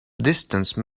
distance